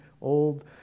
old